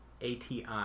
ati